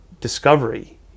discovery